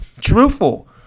truthful